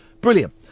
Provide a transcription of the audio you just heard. brilliant